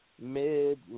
mid